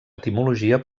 etimologia